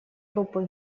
группы